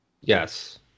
Yes